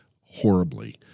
horribly